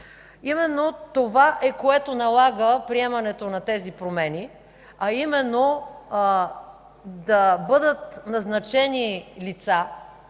Това е, което налага приемането на промените, а именно да бъдат назначени лица,